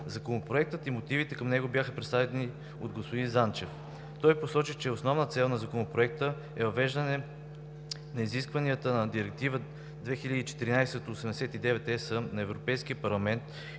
Законопроектът и мотивите към него бяха представени от господин Занчев. Той посочи, че основна цел на Законопроекта е въвеждане на изискванията на Директива 2014/89/ЕС на Европейския парламент